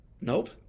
Nope